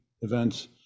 events